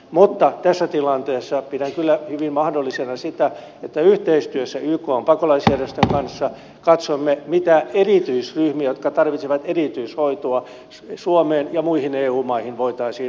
mutta tässä tilanteessa pidän kyllä hyvin mahdollisena sitä että yhteistyössä ykn pakolaisjärjestön kanssa katsomme mitä erityisryhmiä jotka tarvitsevat erityishoitoa suomeen ja muihin eu maihin voitaisiin ottaa